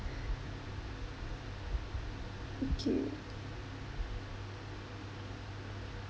okay